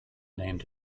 named